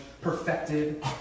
Perfected